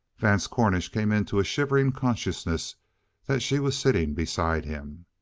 vance cornish came into a shivering consciousness that she was sitting beside him.